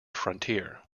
frontier